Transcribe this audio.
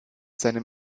seinem